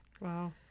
wow